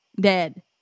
dead